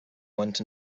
went